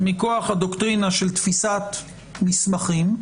מכוח הדוקטרינה של תפיסת מסמכים,